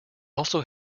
also